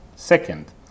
Second